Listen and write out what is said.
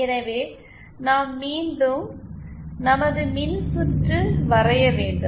எனவே நாம் மீண்டும் நமது மின்சுற்று வரைய வேண்டும்